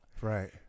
Right